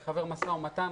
אני חבר משא ומתן,